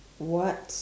what